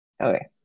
Okay